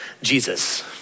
Jesus